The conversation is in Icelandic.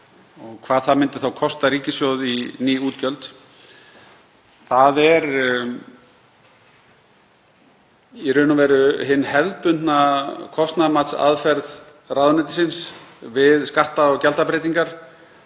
hvað það myndi þá kosta ríkissjóð í ný útgjöld. Það er í raun hin hefðbundna kostnaðarmatsaðferð ráðuneytisins við skatta- og gjaldabreytingar.